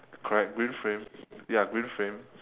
correct green frame ya green frame